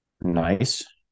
Nice